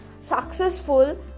successful